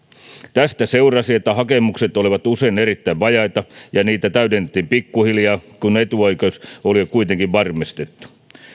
tästä seurasi että hakemukset olivat usein erittäin vajaita ja niitä täydennettiin pikkuhiljaa kun etuoikeus oli jo kuitenkin varmistettu